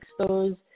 expose